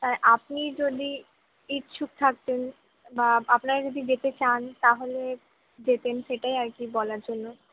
তাই আপনি যদি ইচ্ছুক থাকতেন বা আপনারা যদি যেতে চান তাহলে যেতেন সেটাই আর কি বলার জন্য